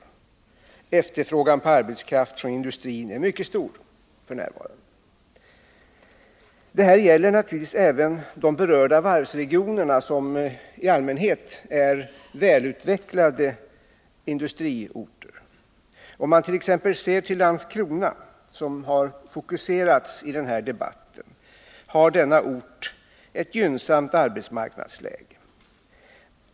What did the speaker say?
Industrins efterfrågan på arbetskraft är mycket stor f .n. Detta gäller naturligtvis även för de berörda varvsregionerna, där vi i allmänhet har välutvecklade industriorter. Om man t.ex. ser till Landskrona, som har fokuserats i den här debatten, finner man att denna ort har ett gynnsamt arbetsmarknadsläge.